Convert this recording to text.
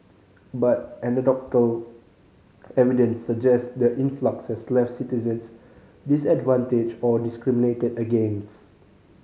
but anecdotal evidence suggest the influx has left citizens disadvantaged or discriminated against